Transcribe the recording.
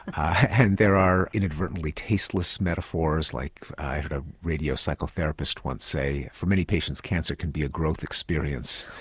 and there are inadvertently tasteless metaphors, like i heard a radio psychotherapist once say, for many patients, cancer can be a growth experience.